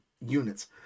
units